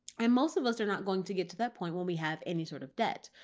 and most of us are not going to get to that point when we have any sort of debt.